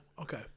okay